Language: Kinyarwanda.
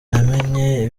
namenye